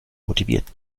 motiviert